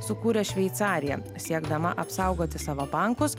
sukūrė šveicarija siekdama apsaugoti savo bankus